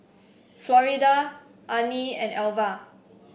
Florida Arnie and Alvah